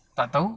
tak tahu